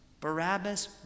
Barabbas